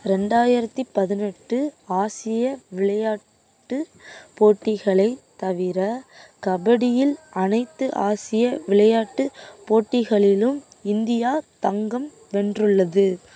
ரெண்டாயிரத்தி பதினெட்டு ஆசிய விளையாட்டு போட்டிகளைத் தவிர கபடியில் அனைத்து ஆசிய விளையாட்டு போட்டிகளிலும் இந்தியா தங்கம் வென்றுள்ளது